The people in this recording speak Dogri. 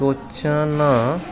सोचा ना